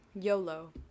YOLO